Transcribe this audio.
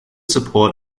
support